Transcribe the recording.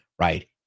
right